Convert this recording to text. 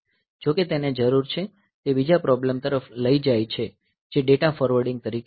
જો કે તેને જરૂર છે તે બીજા પ્રોબ્લેમ તરફ લઇ જાય છે જે ડેટા ફોરવર્ડિંગ તરીકે ઓળખાય છે